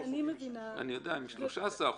--- אני יודע שהם ב-13%,